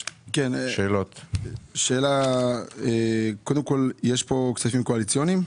יש כאן כספים קואליציוניים?